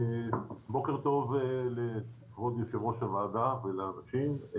בוקר טוב, כבוד יושב-ראש הוועדה ולאנשים.